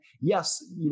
yes